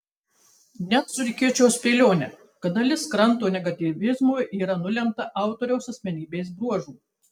net surikiuočiau spėlionę kad dalis kranto negatyvizmo yra nulemta autoriaus asmenybės bruožų